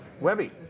Webby